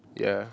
ya